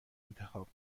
انتخاب